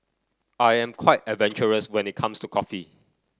I'm quite adventurous when it comes to coffee